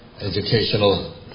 educational